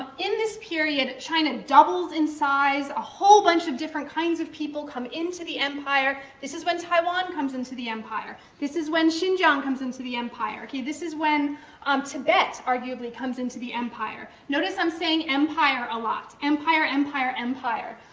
ah in this period, china doubles in size. a whole bunch of different kinds of people come into the empire. this is when taiwan comes into the empire. this is xin zhao comes into the empire. this is when um tibet arguably comes into the empire. notice i'm saying empire a lot. empire, empire, empire.